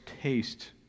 taste